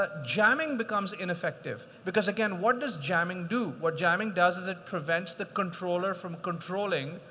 but jamming becomes ineffective. because, again, what does jamming do? what jamming does is it prevents the controller from controlling,